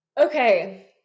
Okay